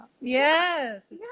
Yes